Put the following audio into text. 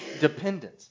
dependent